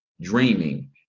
dreaming